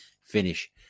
finish